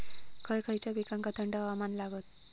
खय खयच्या पिकांका थंड हवामान लागतं?